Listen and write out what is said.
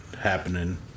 happening